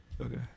okay